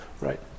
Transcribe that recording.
right